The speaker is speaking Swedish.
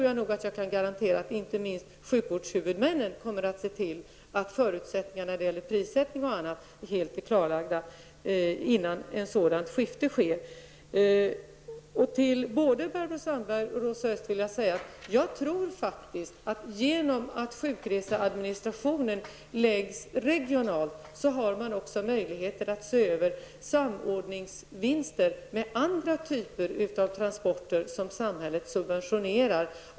Jag kan nog garantera att inte minst sjukvårdshuvudmännen kommer att se till att förutsättningarna när det gäller prissättningen och annat är helt klarlagda innan ett sådant skifte sker. Jag vill säga både till Barbro Sandberg och Rosa Östh att genom att sjukreseadministrationen förläggs regionalt har man också möjligheter att se över samordningsvinster med andra typer av transporter som samhället subventionerar.